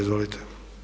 Izvolite.